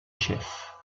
chefs